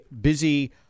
busy